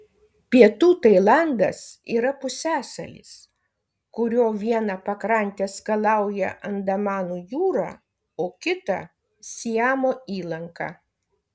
pietų tailandas yra pusiasalis kurio vieną pakrantę skalauja andamanų jūra o kitą siamo įlanka